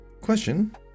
question